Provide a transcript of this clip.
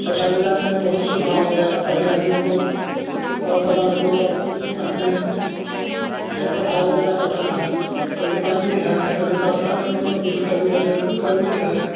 शौचालय जाने में बहुत सुविधा हो गया पहले हम लोग पौर परिवार को अपने खेत पत्थार में जाना पड़ता था कभी पानी है कभी बरसा कभी ऐसे गर्मी है